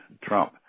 Trump